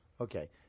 Okay